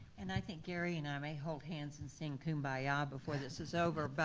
and i think gary and i may hold hands and sing kumbaya ah before this is over, but